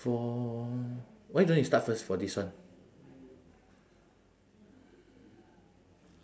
for why don't you start for this one